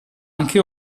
anche